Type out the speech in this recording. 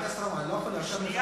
חבר הכנסת רמון,